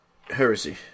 heresy